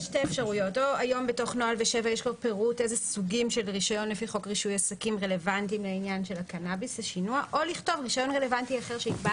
אני שמחה לפתוח את ישיבת ועדת הקנאביס של הכנסת שתדון היום בחוק הקנאביס